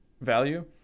value